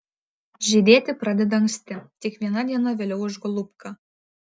žydėti pradeda anksti tik viena diena vėliau už golubką